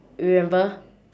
remember